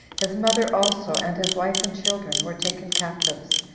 his mother also, and his wife and children, were taken captives,